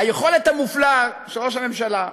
היכולת המופלאה של ראש הממשלה,